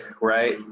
right